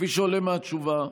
כפי שעולה מהתשובה,